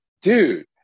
dude